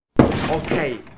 Okay